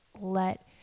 let